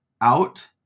out